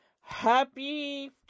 happy